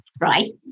right